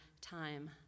time